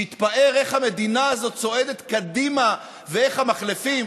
שהתפאר איך המדינה הזאת צועדת קדימה ואיך המחלפים,